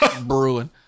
brewing